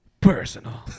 personal